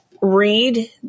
read